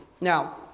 Now